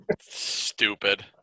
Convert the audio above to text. Stupid